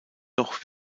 doch